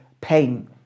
pain